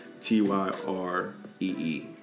T-Y-R-E-E